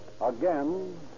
Again